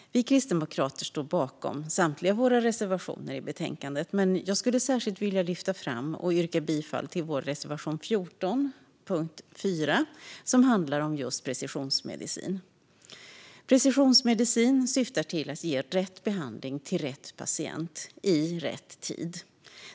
Vi kristdemokrater står bakom samtliga våra reservationer i betänkandet, men jag skulle särskilt vilja lyfta och yrka bifall till vår reservation 14 under punkt 4 som handlar om just precisionsmedicin. Precisionsmedicin syftar till att ge rätt behandling till rätt patient - i rätt tid.